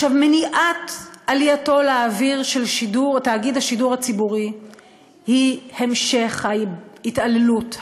מניעת עלייתו של תאגיד השידור הציבורי לאוויר היא המשך ההתעללות,